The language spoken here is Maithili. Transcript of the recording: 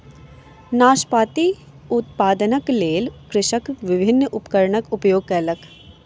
नाशपाती उत्पादनक लेल कृषक विभिन्न उपकरणक उपयोग कयलक